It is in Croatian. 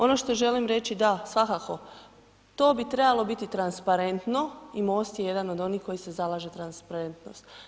Ono što želim reći, da svakako, to bi trebalo biti transparentno i MOST je jedan od onih koji se zalaže za transparentnost.